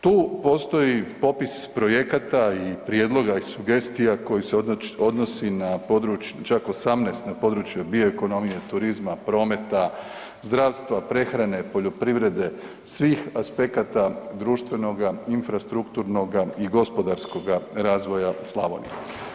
Tu postoji popis projekata i prijedloga i sugestija koji se odnosi na područje čak 18 na područje bioekonomije, turizma, prometa, zdravstva, prehrane, poljoprivrede, svih aspekata društvenoga infrastrukturnoga i gospodarskoga razvoja Slavonije.